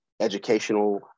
educational